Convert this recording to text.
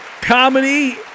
comedy